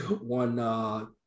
one